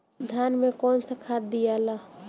धान मे कौन सा खाद दियाला?